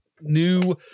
new